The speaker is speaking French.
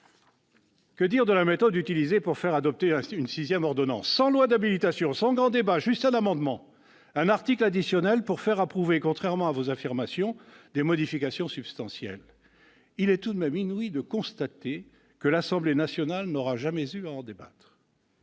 que dire de la méthode utilisée pour faire adopter une sixième ordonnance, sans loi d'habilitation, sans grand débat, juste au travers d'un amendement insérant un article additionnel pour faire approuver, contrairement à vos affirmations, des modifications substantielles ? Il est tout de même inouï de constater que l'Assemblée nationale n'aura jamais eu à en débattre